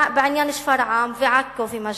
בעניין שפרעם ועכו ומג'ד-אל-כרום.